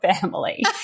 family